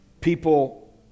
people